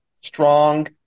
strong